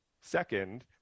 Second